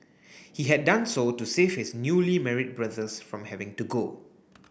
he had done so to save his newly married brothers from having to go